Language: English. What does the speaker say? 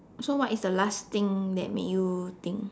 so what is the last thing that made you think